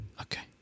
Okay